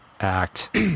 Act—